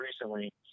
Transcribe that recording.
recently